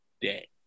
day